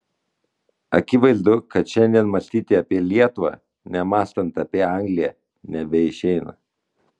akivaizdu kad šiandien mąstyti apie lietuvą nemąstant apie angliją nebeišeina